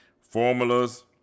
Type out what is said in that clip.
Formulas